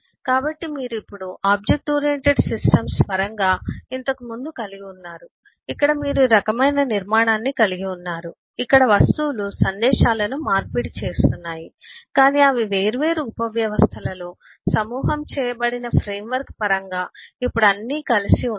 కాబట్టి మీరు ఇప్పుడు ఆబ్జెక్ట్ ఓరియెంటెడ్ సిస్టమ్స్ పరంగా ఇంతకు ముందు కలిగి ఉన్నారు ఇక్కడ మీరు ఈ రకమైన నిర్మాణాన్ని కలిగి ఉన్నారు ఇక్కడ వస్తువులు సందేశాలను మార్పిడి చేస్తున్నాయి కాని అవి వేర్వేరు ఉపవ్యవస్థలలో సమూహం చేయబడిన ఫ్రేమ్వర్క్ పరంగా ఇప్పుడు అన్నీ కలిసి ఉన్నాయి